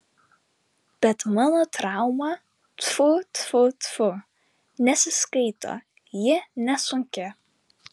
bet mano trauma tfu tfu tfu nesiskaito ji nesunki